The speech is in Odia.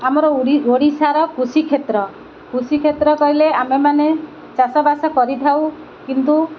ଆମର ଓଡ଼ିଶାର କୃଷି କ୍ଷେତ୍ର କୃଷି କ୍ଷେତ୍ର କହିଲେ ଆମେ ମାନେ ଚାଷବାସ କରିଥାଉ କିନ୍ତୁ